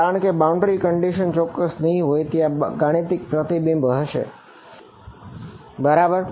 કારણ કે આ બાઉન્ડ્રી કંડીશન ચોક્કસ નહિ હોય ત્યાં ગાણિતિક પ્રતિબિંબ હશે બરાબર